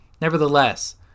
nevertheless